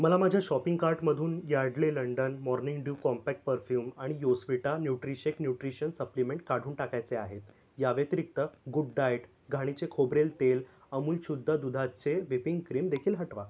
मला माझ्या शॉपिंग कार्टमधून Yardley London morning dew compact perfume आणि योस्विटा न्यूट्रिशेक न्युट्रिशन सप्लिमेंट काढून टाकायचे आहेत या व्यतिरिक्त गुडडाएट घाणीचे खोबरेल तेल अमूल शुद्ध दुधाचे व्हीपिंग क्रीम देखील हटवा